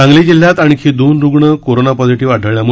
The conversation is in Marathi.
सांगली जिल्ह्यात आणखी दोन रुग्ण कोरोना ॉझिटिव्ह आढळल्यामुळे